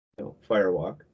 Firewalk